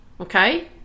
okay